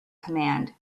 command